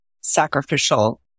sacrificial